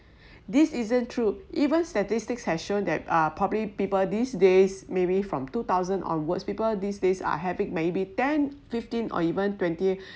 this isn't true even statistics have shown that uh probably people these days maybe from two thousand onwards people these days are having maybe ten fifteen or even twenty